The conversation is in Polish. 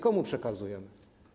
Komu przekazujemy?